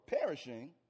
perishing